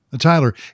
Tyler